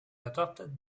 adopted